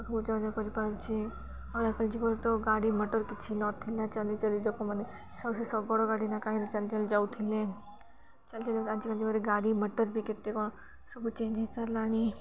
ସବୁ ଯୋଗାଯୋଗ କରିପାରୁଛେ ଆଗକାଳ ଯୁଗରେ ତ ଗାଡ଼ିମଟର କିଛି ନଥିଲା ଚାଲି ଚାଲି ଲୋକମାନେ ସବୁ ସେ ଶଗଡ଼ ଗାଡ଼ି ନା କାହିଁକି ଚାଲି ଚାଲି ଯାଉଥିଲେ ଚାଲି ଆଜିକାଲି ଯୁଗରେ ଗାଡ଼ି ମଟର ବି କେତେ କ'ଣ ସବୁ ଚେଞ୍ଜ ହେଇସାରଲାଣି